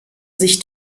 sich